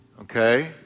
okay